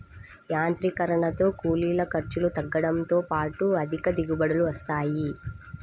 యాంత్రీకరణతో కూలీల ఖర్చులు తగ్గడంతో పాటు అధిక దిగుబడులు వస్తాయి